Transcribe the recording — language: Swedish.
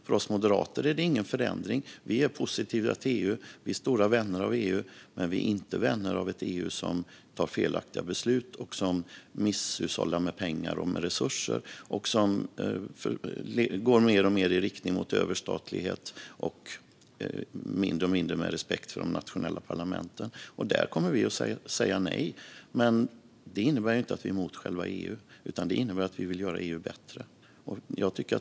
För oss moderater är det ingen förändring; vi är positiva till EU och stora vänner av EU, men vi är inte vänner av ett EU som tar felaktiga beslut, misshushållar med pengar och resurser och går mer och mer i riktning mot överstatlighet med allt mindre respekt för de nationella parlamenten. Här kommer vi att säga nej. Det innebär inte att vi är mot själva EU, utan det innebär att vi vill göra EU bättre.